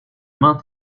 mains